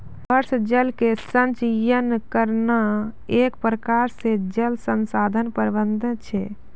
वर्षा जल के संचयन करना एक प्रकार से जल संसाधन प्रबंधन छै